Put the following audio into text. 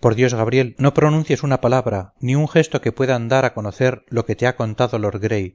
por dios gabriel no pronuncies una palabra ni un gesto que puedan dar a conocer lo que te ha contado lord